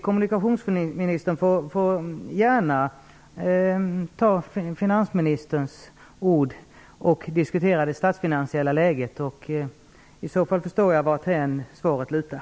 Kommunikationsministern får gärna ta till finansministerns ord och diskutera det statsfinansiella läget. I så fall förstår jag varthän svaret lutar.